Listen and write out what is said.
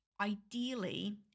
ideally